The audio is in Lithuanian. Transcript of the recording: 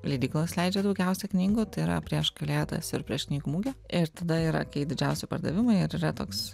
leidyklos leidžia daugiausia knygų tai yra prieš kalėdas ir prieš knygų mugę ir tada yra kai didžiausi pardavimai ir yra toks